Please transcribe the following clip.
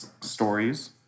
stories